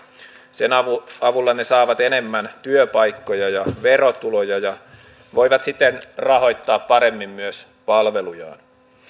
sen avulla avulla ne saavat enemmän työpaikkoja ja verotuloja ja voivat siten rahoittaa paremmin myös palvelujaan